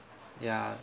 ya